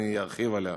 אני ארחיב עליה.